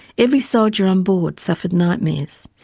every soldier on board suffered nightmares.